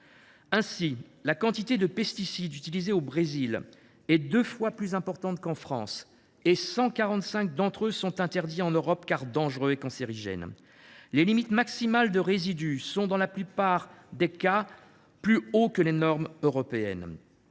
Ainsi, la quantité de pesticides utilisés au Brésil est deux fois plus importante qu’en France et 145 d’entre eux sont interdits en Europe, car dangereux et cancérigènes. Les limites maximales de résidus sont dans la plupart des cas plus élevées que ce qu’autorisent les normes européennes.